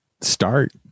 start